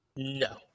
No